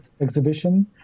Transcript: exhibition